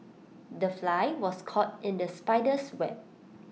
the fly was caught in the spider's web